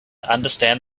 understand